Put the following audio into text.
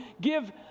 give